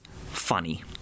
funny